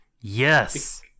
Yes